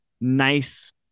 nice